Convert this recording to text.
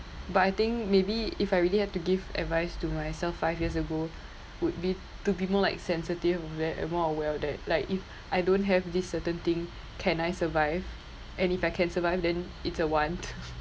but I think maybe if I really have to give advice to myself five years ago would be to be more like sensitive where I more aware that like if I don't have this certain thing can I survive and if I can survive then it's a want